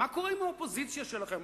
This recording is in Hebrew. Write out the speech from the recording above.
מה קורה עם האופוזיציה שלכם?